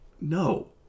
no